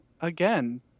again